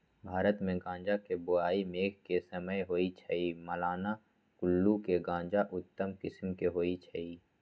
भारतमे गजा के बोआइ मेघ के समय होइ छइ, मलाना कुल्लू के गजा उत्तम किसिम के होइ छइ